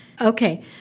Okay